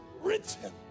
written